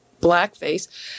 blackface